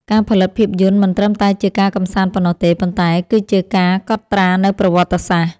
ការផលិតភាពយន្តមិនត្រឹមតែជាការកម្សាន្តប៉ុណ្ណោះទេ ប៉ុន្តែគឺជាការកត់ត្រានូវប្រវត្តិសាស្ត្រ។